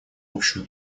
общую